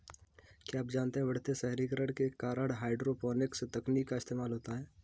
क्या आप जानते है बढ़ते शहरीकरण के कारण हाइड्रोपोनिक्स तकनीक का इस्तेमाल होता है?